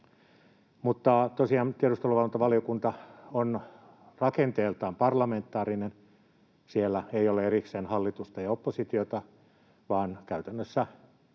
valottaa. Tosiaan tiedusteluvalvontavaliokunta on rakenteeltaan parlamentaarinen. Siellä ei ole erikseen hallitusta ja oppositiota, vaan käytännössä